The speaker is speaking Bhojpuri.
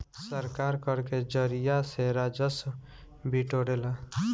सरकार कर के जरिया से राजस्व बिटोरेला